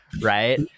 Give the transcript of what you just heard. right